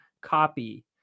copy